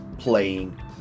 playing